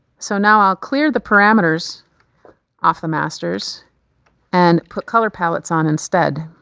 so now i'll clear the parameters off the masters and put color palettes on instead.